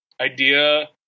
idea